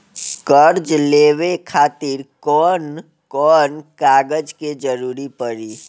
कर्जा लेवे खातिर कौन कौन कागज के जरूरी पड़ी?